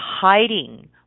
hiding